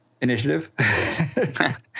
initiative